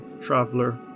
traveler